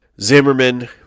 Zimmerman